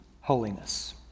holiness